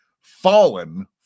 fallen